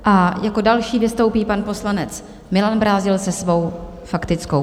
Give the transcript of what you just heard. A jako další vystoupí pan poslanec Milan Brázdil se svou faktickou.